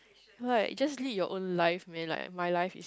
right just live your own life me life my life